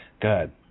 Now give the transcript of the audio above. Good